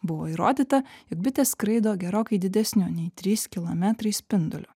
buvo įrodyta jog bitės skraido gerokai didesniu nei trys kilometrai spinduliu